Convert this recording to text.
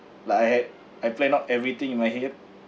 like I had I plan out everything in my head